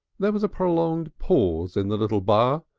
there was a prolonged pause in the little bar,